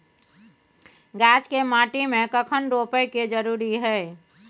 गाछ के माटी में कखन रोपय के जरुरी हय?